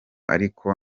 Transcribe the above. ariko